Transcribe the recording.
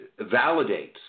validates